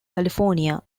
california